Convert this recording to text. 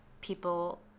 people